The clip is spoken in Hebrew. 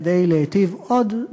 כדי להיטיב עוד,